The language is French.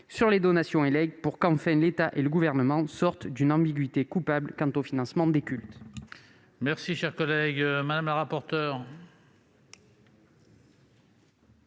sur les donations et legs pour que l'État et le Gouvernement sortent enfin de cette ambiguïté coupable quant au financement des cultes.